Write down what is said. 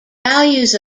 values